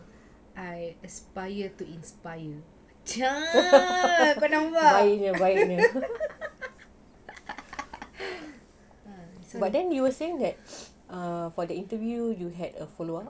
I aspire to inspire kau nampak kau nampak